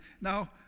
Now